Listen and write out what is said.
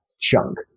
chunk